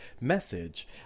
message